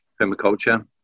permaculture